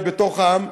היא בתוך העם,